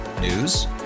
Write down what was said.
News